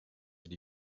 wird